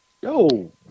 yo